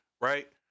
Right